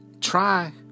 try